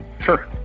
Sure